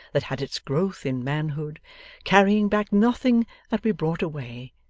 that had its growth in manhood carrying back nothing that we brought away,